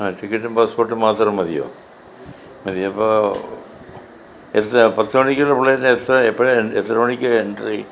റ്റിക്കറ്റും പാസ്സ്പോർട്ടും മാത്രം മതിയോ മതി അപ്പോൾ എത്രയാ പത്ത് മണിക്കുള്ള ഫ്ളൈറ്റ് എത്രയാ എപ്പോഴാ എത്ര മണിക്കാ എൻട്ട്രീ